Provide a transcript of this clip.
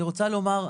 אני רוצה לומר,